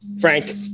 Frank